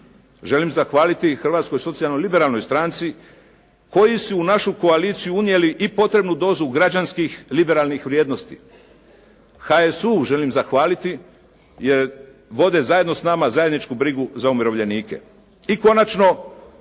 Želim zahvaliti i Hrvatskoj socijalnoliberalnoj stranci koji su u našu koaliciju unijeli i potrebnu dozu građanskih liberalnih vrijednosti. HSU želim zahvaliti jer vode zajedno s nama zajedničku brigu za umirovljenike. I konačno